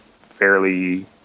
fairly